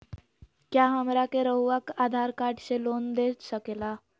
क्या हमरा के रहुआ आधार कार्ड से लोन दे सकेला?